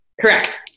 Correct